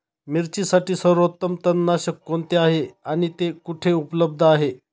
मिरचीसाठी सर्वोत्तम तणनाशक कोणते आहे आणि ते कुठे उपलब्ध आहे?